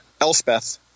Elspeth